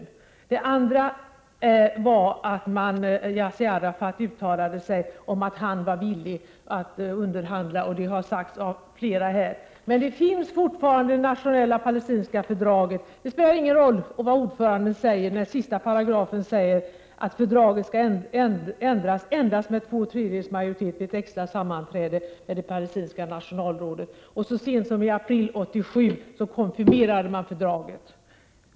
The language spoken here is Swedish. För det andra uttalade sig Yassir Arafat i TV-programmet om att han var villig att underhandla, vilket har sagts av flera. Men det nationella palestinska fördraget finns fortfarande. Det spelar ingen roll vad ordföranden säger när det i sista paragrafen står att fördraget skall ändras endast vid två tredjedels majoritet vid ett extra sammanträde med det palestinska nationalrådet. Och så sent som i april 1987 konfirmerade man fördraget.